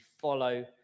follow